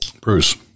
Bruce